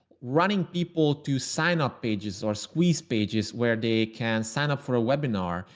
running people to sign up pages or squeeze pages where they can sign up for a webinar,